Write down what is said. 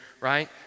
right